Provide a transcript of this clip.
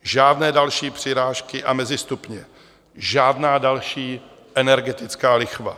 Žádné další přirážky a mezistupně, žádná další energetická lichva.